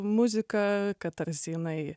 muziką kad tarsi jinai